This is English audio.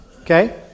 okay